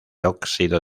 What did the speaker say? óxido